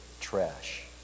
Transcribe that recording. trash